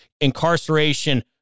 incarceration